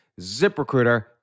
ZipRecruiter